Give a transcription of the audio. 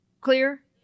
Clear